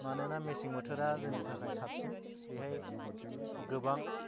मानोना मेसें बोथोरा जोंनि थाखाय साबसिन बेहाय गोबां